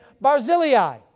Barzillai